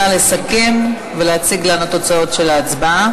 נא לסכם ולהציג לנו את תוצאות ההצבעה.